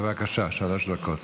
בבקשה, שלוש דקות.